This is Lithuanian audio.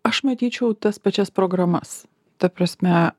aš matyčiau tas pačias programas ta prasme